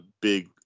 big